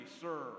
sir